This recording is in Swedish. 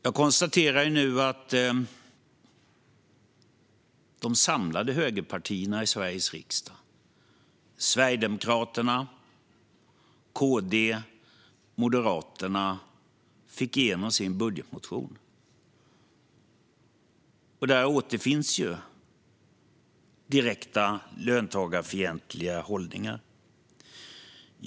Jag konstaterar nu att de samlade högerpartierna i Sveriges riksdag - Sverigedemokraterna, KD och Moderaterna - fick igenom sin budgetmotion. Där återfinns direkt löntagarfientliga hållningar.